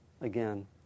again